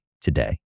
today